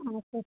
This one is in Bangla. আচ্ছা